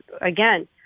again